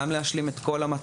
גם להשלים את כל המטלות.